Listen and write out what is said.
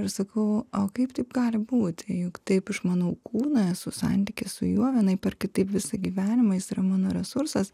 ir sakau o kaip taip gali būti juk taip išmanau kūną esu santyky su juo vienaip ar kitaip visą gyvenimą jis yra mano resursas